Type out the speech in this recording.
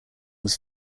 was